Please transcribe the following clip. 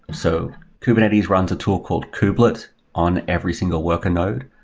so kubernetes runs a tool called kubelet on every single worker node.